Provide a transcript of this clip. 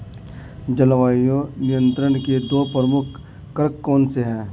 जलवायु नियंत्रण के दो प्रमुख कारक कौन से हैं?